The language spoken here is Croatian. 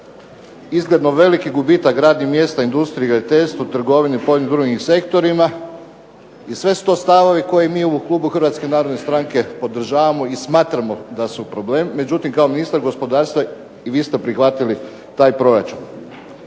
izgledno veliki gubitak radnih mjesta u industriji, graditeljstvu, trgovini, po ovim drugim sektorima i sve su to stavovi koje mi u klubu Hrvatske narodne stranke podržavamo i smatramo da su problem. Međutim, kao ministar gospodarstva i vi ste prihvatili taj proračun.